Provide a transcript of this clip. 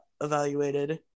evaluated